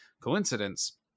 Coincidence